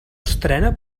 estrena